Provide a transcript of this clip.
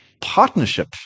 partnership